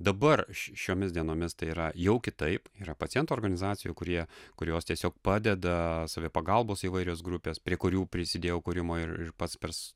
dabar šiomis dienomis tai yra jau kitaip yra pacientų organizacijų kurie kurios tiesiog padeda savipagalbos įvairios grupės prie kurių prisidėjau kūrimo ir pats pers